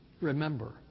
Remember